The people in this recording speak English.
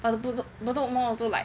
but the Bedok Bedok mall also like